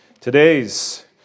Today's